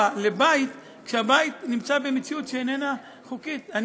לבית כשהבית נמצא במציאות שאיננה חוקית.